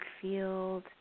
field